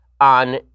on